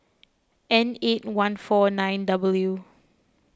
N eight one four nine W